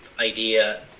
idea